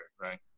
right